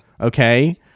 okay